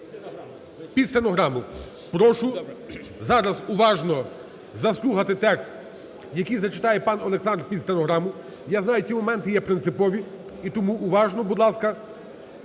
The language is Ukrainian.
Під стенограму. Прошу зараз уважно заслухати текст, який зачитає пан Олександр під стенограму. Я знаю, ці моменти є принципові, і тому уважно, будь ласка,